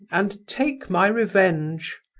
and take my revenge.